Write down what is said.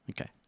Okay